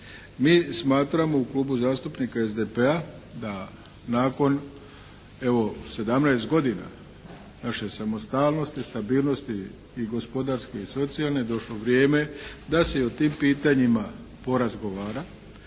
Mi smatramo u Klubu zastupnika SDP-a da nakon evo 17 godina naše samostalnosti, stabilnosti i gospodarske i socijalne došlo vrijeme da se i o tim pitanjima porazgovara